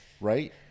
right